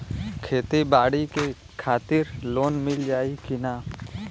खेती बाडी के खातिर लोन मिल जाई किना?